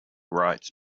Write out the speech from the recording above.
rights